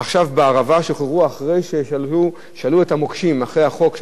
אחרי החוק שקיבלנו בכנסת